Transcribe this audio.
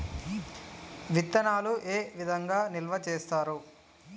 విత్తనాలు ఏ విధంగా నిల్వ చేస్తారు?